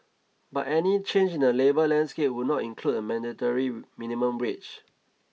but any change in the labour landscape would not include a mandatory minimum wage